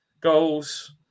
goals